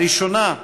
"הראשונה,